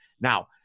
Now